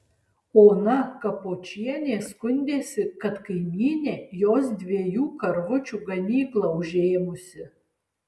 ona kapočienė skundėsi kad kaimynė jos dviejų karvučių ganyklą užėmusi